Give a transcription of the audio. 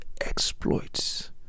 exploits